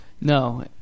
No